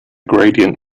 gradient